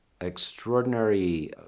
extraordinary